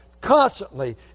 constantly